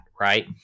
right